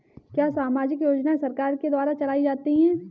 क्या सामाजिक योजनाएँ सरकार के द्वारा चलाई जाती हैं?